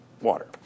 water